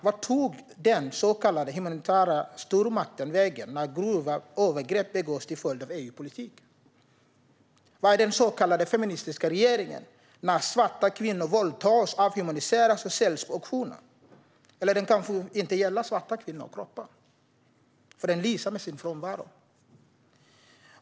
Vart tog den så kallade humanitära stormakten vägen när grova övergrepp begås till följd av EU-politik? Var är den så kallade feministiska regeringen när svarta kvinnor våldtas, avhumaniseras och säljs på auktioner? Det kanske inte gäller svarta kvinnokroppar, för regeringen lyser med sin frånvaro.